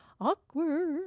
awkward